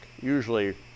usually